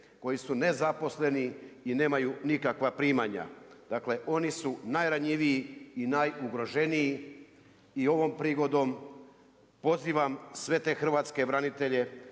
koji su nezaposleni i nemaju nikakva primanja. Dakle, oni su najranjiviji i najugroženiji i ovom prigodom pozivam sve te hrvatske branitelje